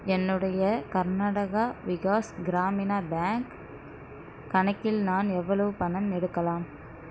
என்னுடைய கர்நாடகா விகாஸ் கிராமினா பேங்க் கணக்கில் நான் எவ்வளவு பணம் எடுக்கலாம்